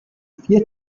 vier